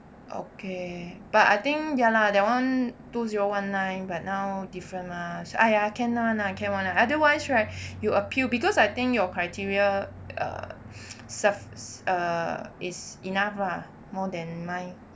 okay but I think ya lah that one two zero one nine but now different lah so !aiya! can [one] lah can [one] lah otherwise right you appeal because I think your criteria err stuff~ err is enough lah more than mine